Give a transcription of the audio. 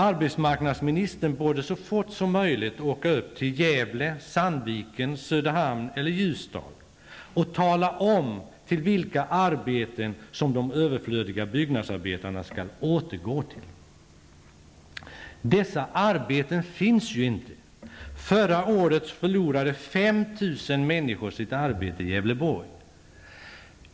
Arbetsmarknadsministern borde så fort som möjligt åka upp till Gävle, Sandviken, Söderhamn och Ljusdal och tala om till vilka arbeten de överflödiga byggnadsarbetarna skall återgå. Dessa arbeten finns inte! Förra året förlorade 5 000 människor sitt arbete i Gävleborg.